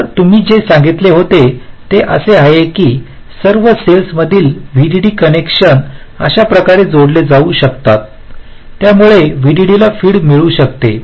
तर तुम्ही जे सांगितले होते ते असे आहे की सर्व सेल्समधील व्हीडीडी कनेक्शन अशा प्रकारे जोडले जाऊ शकतात यामुळे व्हीडीडीला फीड मिळू शकते